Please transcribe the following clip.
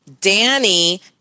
Danny